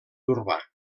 urbà